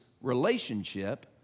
relationship